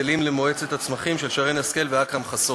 היטלים למועצת הצמחים, של שרן השכל ואכרם חסון.